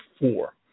four